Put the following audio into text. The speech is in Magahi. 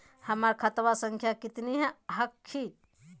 हमर खतवा संख्या केतना हखिन?